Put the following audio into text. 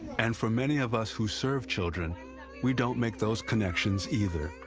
and for many of us who serve children we don't make those connections either.